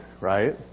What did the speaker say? right